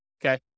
Okay